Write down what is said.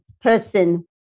person